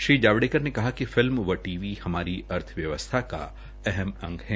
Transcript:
श्री जावड़ेकर ने कहा कि फिल्म व टी वी हमारी अर्थव्यवस्था का अहम अंग है